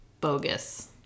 bogus